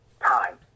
time